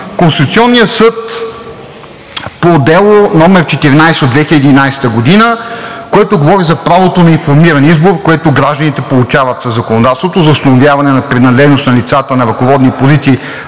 Конституционния съд по дело № 14/2011 г., което говори за правото на информирания избор, което гражданите получават със законодателството за установяване на принадлежност на лицата на ръководни позиции